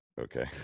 Okay